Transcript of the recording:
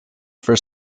for